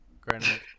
Granted